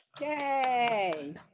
Yay